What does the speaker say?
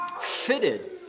fitted